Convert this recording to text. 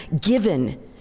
given